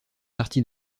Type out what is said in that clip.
partie